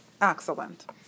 Excellent